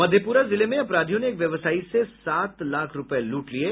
मधेपुरा जिले में अपराधियों ने एक व्यवसायी से सात लाख रूपये लूट लिये